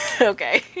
Okay